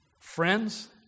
Friends